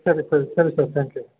ಸರಿ ಸರಿ ಸರಿ ಸರ್ ತ್ಯಾಂಕ್ ಯು